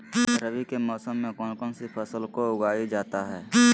रवि के मौसम में कौन कौन सी फसल को उगाई जाता है?